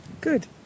Good